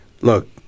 look